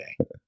Okay